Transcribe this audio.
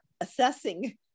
assessing